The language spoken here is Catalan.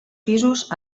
pisos